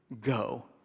Go